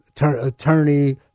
attorney